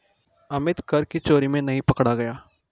अमित कर की चोरी में नहीं पकड़ा गया